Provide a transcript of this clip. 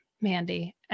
Mandy